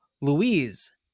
Louise